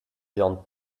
john